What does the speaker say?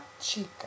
chica